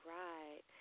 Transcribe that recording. right